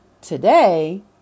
today